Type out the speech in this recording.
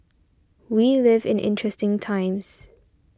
we live in interesting times